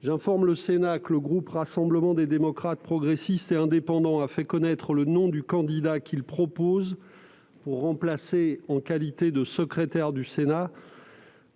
J'informe le Sénat que le groupe Rassemblement des démocrates, progressistes et indépendants a fait connaître à la présidence le nom du candidat qu'il propose pour remplacer, en qualité de secrétaire du Sénat,